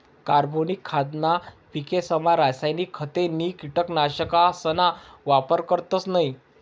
कार्बनिक खाद्यना पिकेसमा रासायनिक खते नी कीटकनाशकसना वापर करतस नयी